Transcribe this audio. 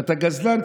ואתה גזלן,